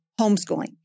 homeschooling